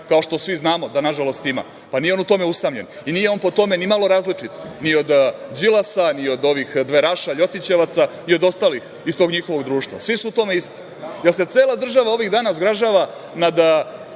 kao što svi znamo da, nažalost, ima. Pa nije on u tom usamljen i nije on po tome nimalo različit ni od Đilasa, ni od ovih dveraša, ljotićevaca, ni od ostalih iz tog njihovog društva. Svi su u tome isti. Cela država se ovih dana zgražava nad